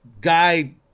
guy